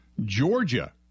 Georgia